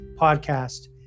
podcast